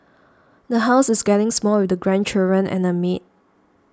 the house is getting small with the grandchildren and a maid